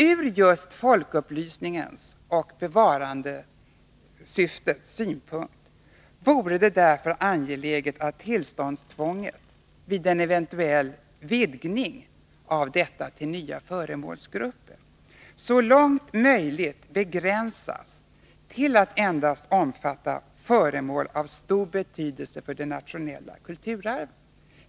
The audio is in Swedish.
Ur just folkupplysningens och bevarandesyftets synpunkt vore det därför angeläget att tillståndstvånget vid en eventuell vidgning av detta till nya föremålsgrupperså långt möjligt begränsas till att endast omfatta föremål av stor betydelse för den nationella kulturen.